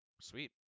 Sweet